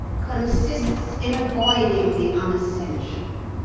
consists in avoiding the unessential.